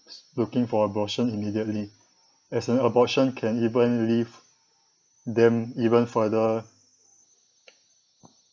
looking for abortion immediately as an abortion can even leave them even further